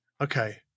Okay